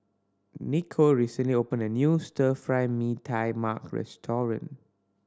Nikko recently opened a new Stir Fry Mee Tai Mak restaurant